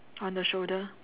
on the shoulder